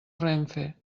renfe